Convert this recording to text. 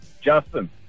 Justin